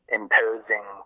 imposing